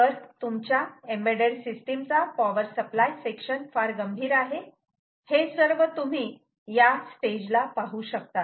तर तुमच्या embedded system चा पॉवर सप्लाय सेक्शन फार गंभीर आहे हे सर्व तुम्ही या स्टेज ला पाहू शकतात